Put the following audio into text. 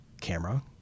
camera